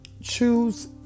choose